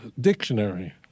dictionary